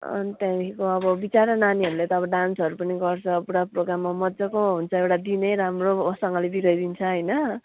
अन् त्यहाँदेखिको अब बिचारा नानीहरूले त डान्सहरू पनि गर्छ पुरा प्रोगाममा मजाको हुन्छ एउटा दिनै राम्रोसँगले बिताइदिन्छ होइन